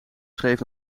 schreef